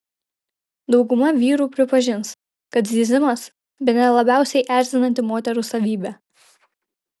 dauguma vyrų pripažins kad zyzimas bene labiausiai erzinanti moterų savybė